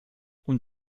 und